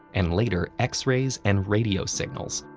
and, later, x-rays and radio signals,